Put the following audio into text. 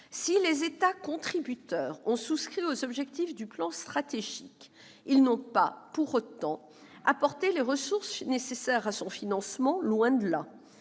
Si les États contributeurs ont souscrit aux objectifs du plan stratégique, ils n'ont pas, pour autant, apporté les ressources nécessaires à son financement, loin de là.